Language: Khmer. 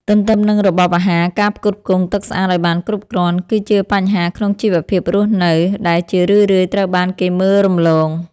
ទន្ទឹមនឹងរបបអាហារ ការផ្គត់ផ្គង់ទឹកស្អាតឱ្យបានគ្រប់គ្រាន់ គឺជាបញ្ហាក្នុងជីវភាពរស់នៅ ដែលជារឿយៗត្រូវបានគេមើលរំលង។